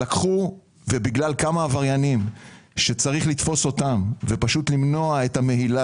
בגלל כמה עבריינים שצריך לתפוס כדי למנוע את המהילה